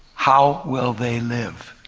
how will they live?